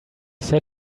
said